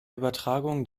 übertragung